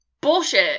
bullshit